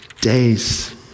days